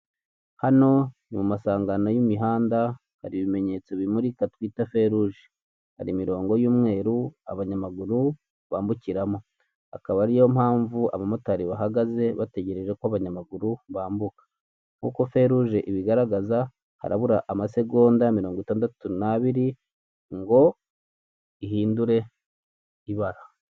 Hano ni mumasangano y'imihanda, hari ibimenyetso bimurika twita feruje, hari imirongo y'umweru abanyamaguru bambukiramo, akaba ariyo mpamvu abamotari bahagaze bategerejeko abanyamaguru bambuka, nkuko feruje ibigaragaza harabura amasegonda mirongo itandatu nabiri ngo ihindure ibara.